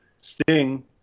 Sting